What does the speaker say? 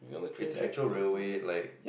it's a actual railway like